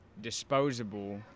disposable